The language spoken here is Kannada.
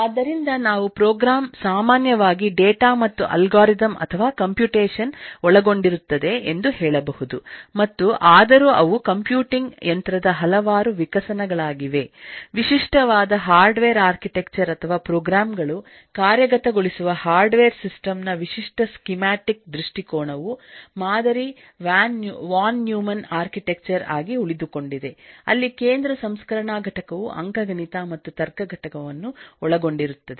ಆದ್ದರಿಂದನಾವು ಪ್ರೋಗ್ರಾಂ ಸಾಮಾನ್ಯವಾಗಿ ಡೇಟಾ ಮತ್ತು ಅಲ್ಗಾರಿದಮ್ ಅಥವಾ ಕಂಪ್ಯೂಟೇಷನ್ ಒಳಗೊಂಡಿರುತ್ತದೆ ಎಂದು ಹೇಳಬಹುದುಮತ್ತು ಆದರೂ ಅವು ಕಂಪ್ಯೂಟಿಂಗ್ ಯಂತ್ರದ ಹಲವಾರು ವಿಕಸನಗಳಾಗಿವೆ ವಿಶಿಷ್ಟವಾದ ಹಾರ್ಡ್ವೇರ್ ಆರ್ಕಿಟೆಕ್ಚರ್ ಅಥವಾ ಪ್ರೋಗ್ರಾಂ ಗಳು ಕಾರ್ಯಗತಗೊಳಿಸುವ ಹಾರ್ಡ್ವೇರ್ ಸಿಸ್ಟಮ್ ನ ವಿಶಿಷ್ಟ ಸ್ಕೀಮ್ಯಾಟಿಕ್ ದೃಷ್ಟಿಕೋನವು ಮಾದರಿ ವಾನ್ ನ್ಯೂಮನ್ ಆರ್ಕಿಟೆಕ್ಚರ್ ಆಗಿ ಉಳಿದುಕೊಂಡಿದೆ ಅಲ್ಲಿ ಕೇಂದ್ರ ಸಂಸ್ಕರಣಾ ಘಟಕವು ಅಂಕಗಣಿತ ಮತ್ತು ತರ್ಕ ಘಟಕವನ್ನು ಒಳಗೊಂಡಿರುತ್ತದೆ